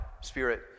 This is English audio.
Spirit